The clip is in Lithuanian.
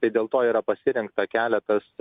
tai dėl to yra pasirinkta keletas